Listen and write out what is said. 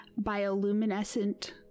bioluminescent